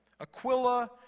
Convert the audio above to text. Aquila